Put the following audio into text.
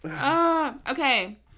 Okay